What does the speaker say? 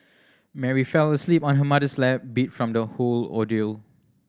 Mary fell asleep on her mother's lap beat from the whole ordeal